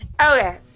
okay